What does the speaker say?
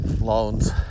loans